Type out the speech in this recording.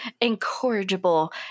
incorrigible